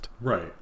right